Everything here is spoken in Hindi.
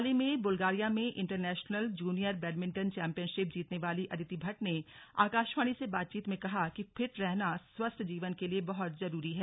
हाल ही में बुल्गारिया में इंटरनेशनल जूनियर बैडमिंटन चैंपियनशिप जीतने वाली अदीति भट्ट ने आकाशवाणी से बातचीत में कहा कि फिट रहना स्वस्थ जीवन के लिए बहुत जरूरी है